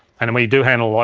and we do handle, ah